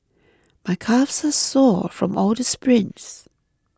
my calves are sore from all the sprints